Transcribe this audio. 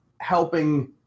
helping